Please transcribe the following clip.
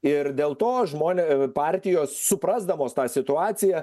ir dėl to žmonė partijos suprasdamos tą situaciją